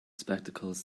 spectacles